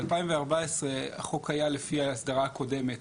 ב-2014 החוק היה לפי האסדרה הקודמת.